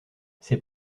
c’est